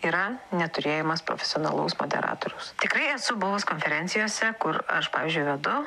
yra neturėjimas profesionalaus moderatoriaus tikrai esu buvus konferencijose kur aš pavyzdžiui vedu